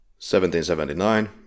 1779